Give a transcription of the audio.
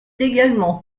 également